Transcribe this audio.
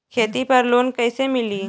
खेती पर लोन कईसे मिली?